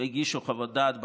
הגישו חוות דעת בכנסת.